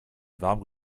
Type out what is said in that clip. warmen